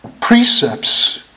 precepts